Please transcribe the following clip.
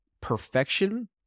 perfection